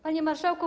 Panie Marszałku!